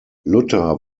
luther